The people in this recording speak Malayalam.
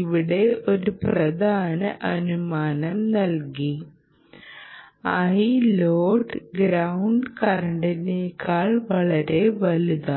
ഇവിടെ ഒരു പ്രധാന അനുമാനം നൽകി iload ഗ്രൌണ്ട് കറന്റിനേക്കാൾ വളരെ വലുതാണ്